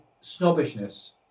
snobbishness